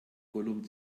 gollum